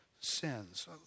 sins